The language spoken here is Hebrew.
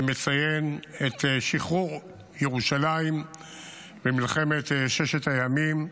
שמציין את שחרור ירושלים במלחמת ששת הימים,